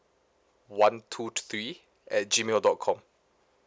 one two three at G mail dot com